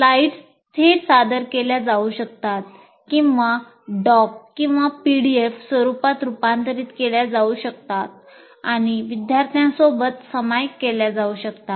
slides स्वरूपात रूपांतरित केल्या जाऊ शकतात आणि विद्यार्थ्यांसोबत सामायिक केल्या जाऊ शकतात